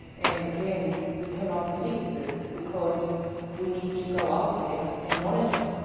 and again, we cannot predict this because we need to go out there and monitor.